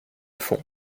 fond